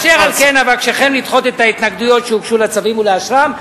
אשר על כן אבקשכם לדחות את ההתנגדויות שהוגשו לצווים ולאשרם.